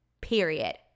period